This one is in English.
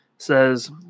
says